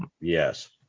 Yes